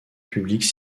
publique